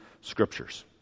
Scriptures